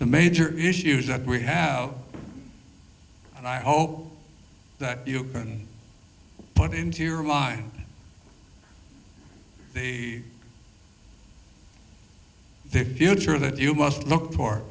the major issues that we have and i hope that you can put into your mind the future that you must look